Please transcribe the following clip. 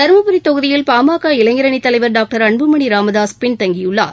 தருமபுரி தொகுதியில் பாமக இளைஞரணி தலைவர் டாக்டர் அன்புமணி ராமதாஸ் பின்தங்கியுள்ளார்